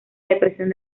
depresión